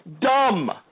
Dumb